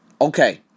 Okay